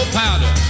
powder